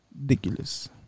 Ridiculous